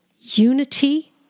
unity